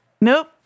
Nope